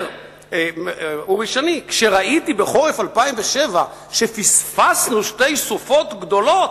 אומר אורי שני: "כשראיתי בחורף 2007 שפספסנו שתי סופות גדולות"